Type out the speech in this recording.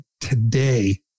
Today